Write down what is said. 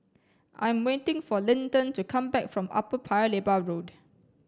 I'm waiting for Linton to come back from Upper Paya Lebar Road